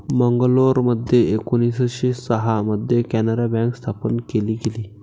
मंगलोरमध्ये एकोणीसशे सहा मध्ये कॅनारा बँक स्थापन केली गेली